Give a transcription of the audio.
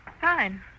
Fine